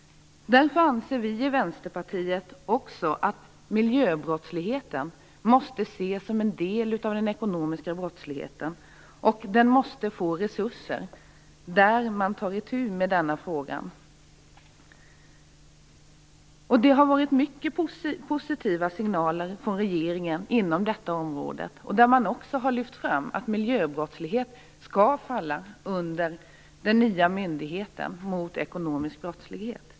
Därför anser vi i Vänsterpartiet att miljöbrottsligheten måste ses som en del av den ekonomiska brottsligheten. Den måste också få resurser så att man kan ta itu med denna fråga. Det har kommit många positiva signaler från regeringen inom detta område. Man har också sagt att miljöbrottslighet skall falla under den nya myndigheten mot ekonomisk brottslighet.